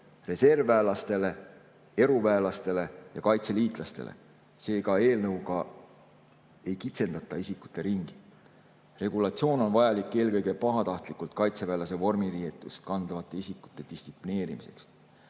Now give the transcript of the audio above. reservväelastele, eruväelastele ja kaitseliitlastele. Seega, eelnõuga ei kitsendata isikute ringi. Regulatsioon on vajalik eelkõige pahatahtlikult kaitseväelase vormiriietust kandvate isikute distsiplineerimiseks.